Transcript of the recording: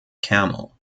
camel